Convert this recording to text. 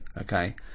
okay